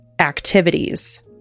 Activities